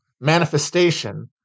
manifestation